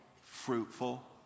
fruitful